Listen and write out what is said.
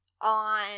on